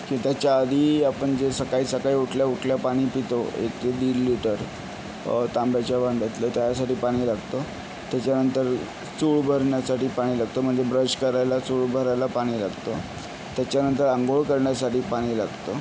की त्याच्या आधी आपण जे सकाळी सकाळी उठल्या उठल्या पाणी पितो एक ते दीड लिटर तांब्याच्या वांड्यातलं त्यासाठी पाणी लागतं त्याच्यानंतर चूळ भरण्यासाठी पाणी लागतं म्हणजे ब्रश करायला चूळ भरायला पाणी लागतं त्याच्यानंतर आंघोळ करण्यासाठी पाणी लागतं